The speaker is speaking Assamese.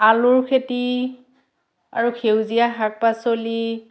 আলুৰ খেতি আৰু সেউজীয়া শাক পাচলি